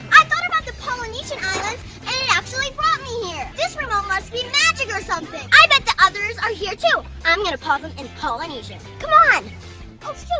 i thought about the polynesian islands and it actually brought me here! this remote must be magic or something! i bet the others are here too! i'm gonna pause them in polynesia. come on!